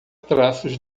traços